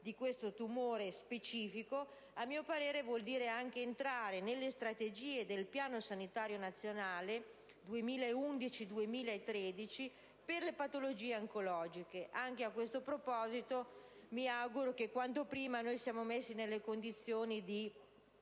di questo tumore specifico, a mio parere, vuol dire anche entrare nelle strategie del Piano sanitario nazionale 2011-2013 per le patologie oncologiche. A questo proposito, mi auguro che quanto prima siamo messi nelle condizioni di